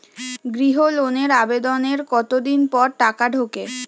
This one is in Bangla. গৃহ লোনের আবেদনের কতদিন পর টাকা ঢোকে?